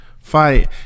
Fight